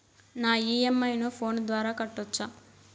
నా ఇ.ఎం.ఐ ను ఫోను ద్వారా కట్టొచ్చా?